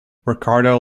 ricardo